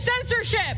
censorship